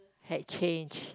had changed